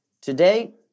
Today